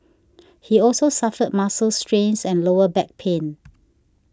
he also suffered muscle strains and lower back pain